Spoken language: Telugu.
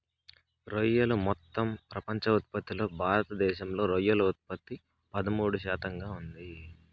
రొయ్యలు మొత్తం ప్రపంచ ఉత్పత్తిలో భారతదేశంలో రొయ్యల ఉత్పత్తి పదమూడు శాతంగా ఉంది